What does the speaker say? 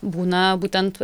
būna būtent